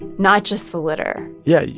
not just the litter yeah. yeah